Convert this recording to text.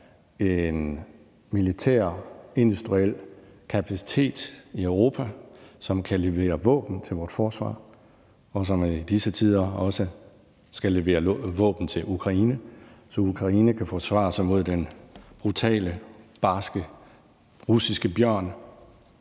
en militærindustriel kapacitet i Europa, som kan levere våben til vores forsvar, og som i disse tider også skal levere våben til Ukraine, så Ukraine kan forsvare sig mod den brutale, barske russiske bjørn.